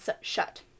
shut